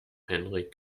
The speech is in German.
henrik